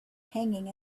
hanging